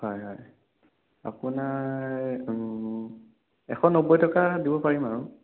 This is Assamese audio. হয় হয় আপোনাৰ এশ নব্বৈ টকা দিব পাৰিম আৰু